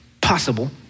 possible